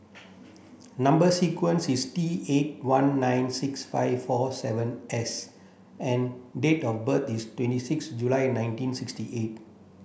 number sequence is T eight one nine six five four seven S and date of birth is twenty six July nineteen sixty eight